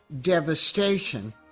devastation